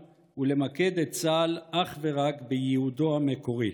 ולמקד את צה"ל אך ורק בייעודו המקורי.